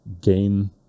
gain